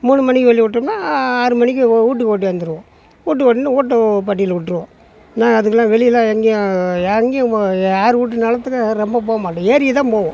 மூணு மணிக்கு வெளியே விட்டம்னா ஆறு மணிக்கு உ வீட்டுக்கு ஓட்டியாந்துடுவோம் கூப்ட்டு வந்து வீட்டு பட்டியில் விட்ருவோம் நான் அதுகள்லாம் வெளியேலாம் எங்கேயும் எங்கேயும் போக யார் வீட்டு நிலத்துக்கும் ரொம்ப போக மாட்டோம் ஏரிக்கு தான் போவோம்